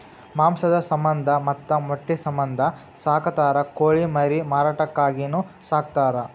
ಮಾಂಸದ ಸಮಂದ ಮತ್ತ ಮೊಟ್ಟಿ ಸಮಂದ ಸಾಕತಾರ ಕೋಳಿ ಮರಿ ಮಾರಾಟಕ್ಕಾಗಿನು ಸಾಕತಾರ